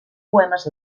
poemes